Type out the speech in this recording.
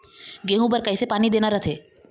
गेहूं बर कइसे पानी देना रथे?